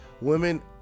women